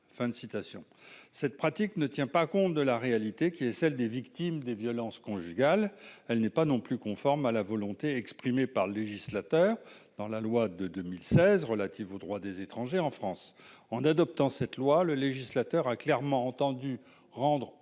cette pratique ne tient pas compte de la réalité qui est celle des victimes des violences conjugales, elle n'est pas non plus conforme à la volonté exprimée par le législateur dans la loi de 2016 relative au droit des étrangers en France, en adoptant cette loi, le législateur a clairement entendu rendre automatique le renouvellement